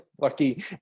lucky